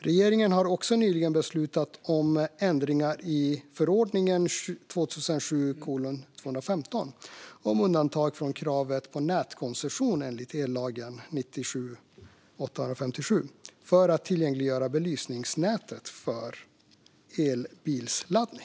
Regeringen har också nyligen beslutat om ändringar i förordningen om undantag från kravet på nätkoncession enligt ellagen för att tillgängliggöra belysningsnätet för elbilsladdning.